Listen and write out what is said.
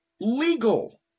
legal